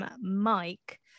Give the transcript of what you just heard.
Mike